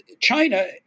China